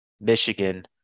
Michigan